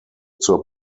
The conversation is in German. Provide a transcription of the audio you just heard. zur